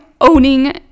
owning